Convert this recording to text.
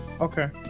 Okay